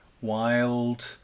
wild